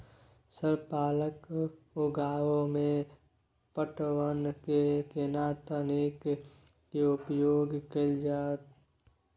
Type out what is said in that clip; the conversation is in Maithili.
सर पालक उगाव में पटवन के केना तकनीक के उपयोग कैल जाए?